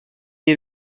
est